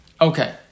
Okay